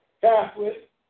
Catholic